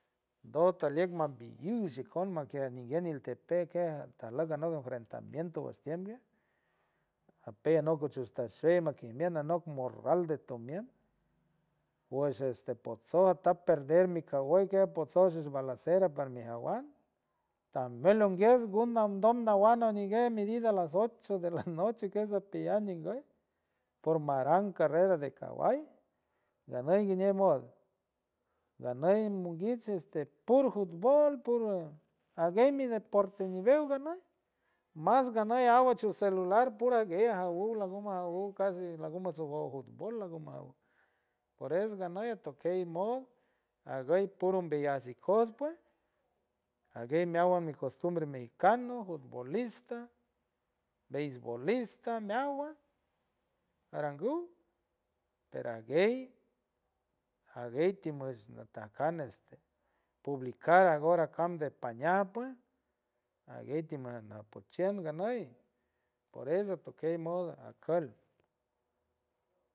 Ndo saliek mambilliw shikon makiej ninguien niltepec kej ajlock anok enfrentamiento weskien guej apella anock guchuj tashiel makiej mien anok morral de tomien wesh este potsoj ata perder mi kawey gue potsoj shish balacera parma jawan tajmuelt nguiets guma ndoma wan anigue medida a las ocho de la noche ikes ipellan ninguey por maran carrera de caballo ganey guiñe mod, ganey monguich este puro futbol puro aguey mi deporte ñiwew ganey mas ganey awache celular puro ajguey ajawuw laguma jawuw kas laguma sawuj futbol laguma por eso ganey atokey modo aguey puro umbeyajts ikos pue ajguey meawan mi costumbre mexicano futbolista, beisbolista meawan arangu pero ajguey ajguey timosh natancas este publicar ajgor ajcan de pañaj pue ajguey tima poj chiend ganey por eso atokey mod ajkultd.